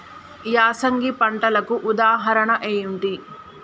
యాసంగి పంటలకు ఉదాహరణ ఏంటి?